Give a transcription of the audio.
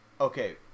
Okay